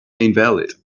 invalid